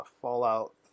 fallout